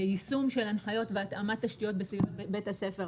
יישום של הנחיות והתאמת תשתיות בסביבת בית הספר.